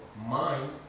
mind